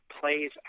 plays